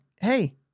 hey